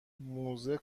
موزه